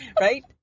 Right